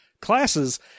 classes